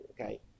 okay